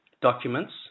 documents